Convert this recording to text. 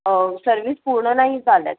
service पूर्ण नाही झाल्यात